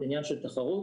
זה עניין של תחרות.